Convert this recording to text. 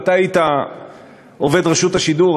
היית עובד רשות השידור,